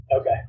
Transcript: Okay